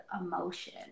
emotion